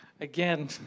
again